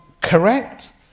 correct